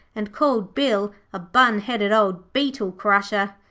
and called bill a bun-headed old beetle-crusher.